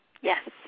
Yes